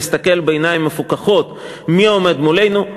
נסתכל בעיניים מפוכחות מי עומד מולנו,